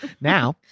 now